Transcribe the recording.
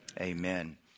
Amen